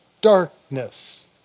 darkness